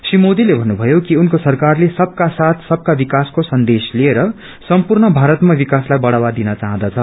श्री मोदीले भन्नुमयो कि उनको सरकारले सक्का साथ सबका विकासको सन्देश लिएर सम्पूर्ण भारतमा विकासलाई बढ़ावा दिन चाँहदछ